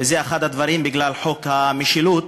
אחד הדברים הוא חוק המשילות,